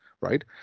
right